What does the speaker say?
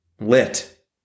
lit